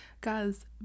Guys